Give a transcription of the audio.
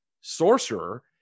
sorcerer